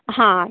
हां